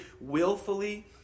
willfully